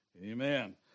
Amen